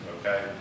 okay